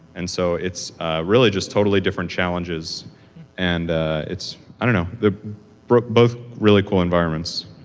and so it's really just totally different challenges and it's i don't know. they're both both really cool environments.